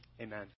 amen